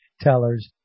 tellers